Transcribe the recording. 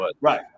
right